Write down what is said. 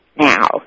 now